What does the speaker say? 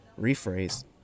Rephrase